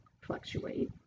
fluctuate